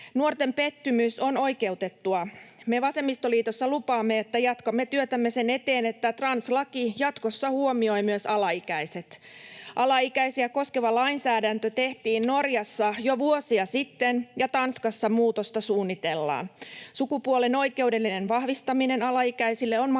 Nuorten pettymys on oikeutettua. Me vasemmistoliitossa lupaamme, että jatkamme työtämme sen eteen, että translaki jatkossa huomioi myös alaikäiset. Alaikäisiä koskeva lainsäädäntö tehtiin Norjassa jo vuosia sitten ja Tanskassa muutosta suunnitellaan. Sukupuolen oikeudellinen vahvistaminen alaikäisille on mahdollista